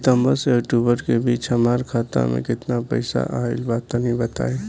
सितंबर से अक्टूबर के बीच हमार खाता मे केतना पईसा आइल बा तनि बताईं?